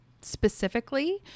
specifically